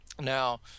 Now